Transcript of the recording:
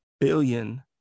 billion